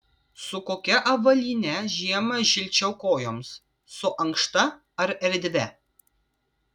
su kokia avalyne žiemą šilčiau kojoms su ankšta ar erdvia